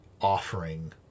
offering